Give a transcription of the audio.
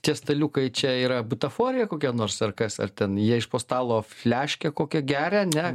tie staliukai čia yra butaforija kokia nors ar kas ar ten jie iš po stalo fleškią kokią geria ne